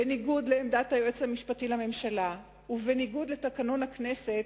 בניגוד לעמדת היועץ המשפטי לממשלה ובניגוד לתקנון הכנסת,